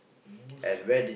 most